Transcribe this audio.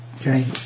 Okay